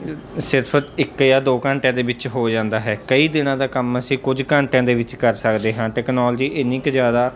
ਸਿਰਫ ਇੱਕ ਜਾਂ ਦੋ ਘੰਟਿਆਂ ਦੇ ਵਿੱਚ ਹੋ ਜਾਂਦਾ ਹੈ ਕਈ ਦਿਨਾਂ ਦਾ ਕੰਮ ਅਸੀਂ ਕੁਝ ਘੰਟਿਆਂ ਦੇ ਵਿੱਚ ਕਰ ਸਕਦੇ ਹਾਂ ਟੈਕਨੋਲਜੀ ਇੰਨੀ ਕੁ ਜ਼ਿਆਦਾ